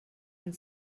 and